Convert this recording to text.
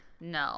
No